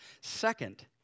Second